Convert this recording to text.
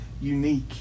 unique